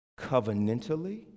covenantally